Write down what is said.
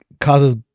causes